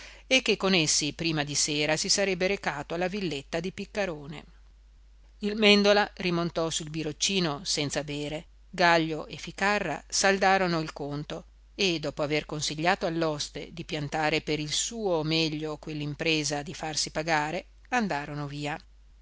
e che con essi prima di sera si sarebbe recato alla villetta di piccarone il mèndola rimontò sul biroccino senza bere gaglio e ficarra saldarono il conto e dopo aver consigliato all'oste di piantare per il suo meglio quell'impresa di farsi pagare andarono via